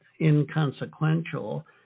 inconsequential